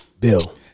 Bill